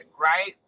right